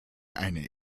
eine